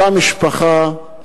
אותה משפחה,